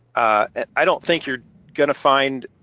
and i don't think you're gonna find.